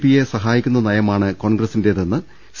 പിയെ സഹായിക്കുന്ന നയമാണ് കോൺഗ്രസിന്റേതെന്ന് സി